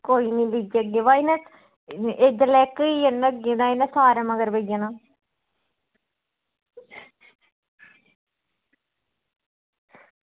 कोई निं लेई आह्गी बाऽ इसलै इक्क बी लेई जाह्गी तां इनें सारें मगर पेई जाना